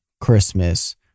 christmas